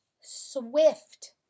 swift